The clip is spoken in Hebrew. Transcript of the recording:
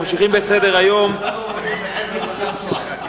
הנושא עובר לדיון בוועדת העבודה והרווחה.